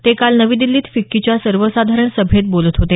ते काल नवी दिल्लीत फिक्कीच्या सर्वसाधारण सभेत बोलत होते